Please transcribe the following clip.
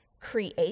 Create